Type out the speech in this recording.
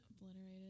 Obliterated